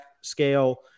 scale